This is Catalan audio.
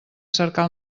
cercar